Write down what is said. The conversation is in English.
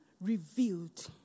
revealed